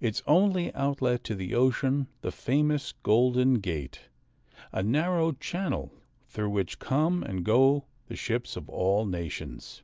its only outlet to the ocean the famous golden gate a narrow channel through which come and go the ships of all nations.